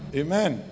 amen